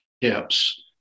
tips